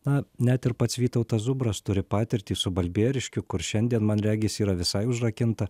na net ir pats vytautas zubras turi patirtį su balbieriškiu kur šiandien man regis yra visai užrakinta